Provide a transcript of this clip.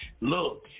look